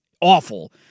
awful